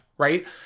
Right